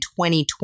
2020